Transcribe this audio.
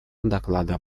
доклада